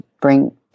bring